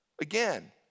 again